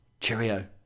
cheerio